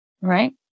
Right